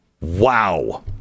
Wow